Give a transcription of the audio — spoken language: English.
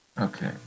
Okay